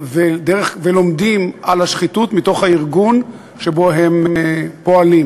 ולומדים על השחיתות מתוך הארגון שבו הם פועלים.